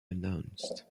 announced